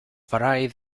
varied